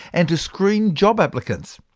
and to screen job applicants.